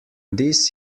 this